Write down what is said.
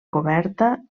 coberta